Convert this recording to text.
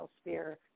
sphere